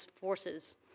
forces